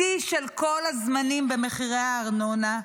שיא של כל הזמנים במחירי הארנונה,